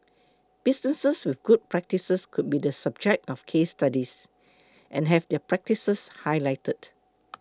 businesses with good practices could be the subject of case studies and have their practices highlighted